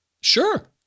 Sure